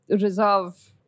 reserve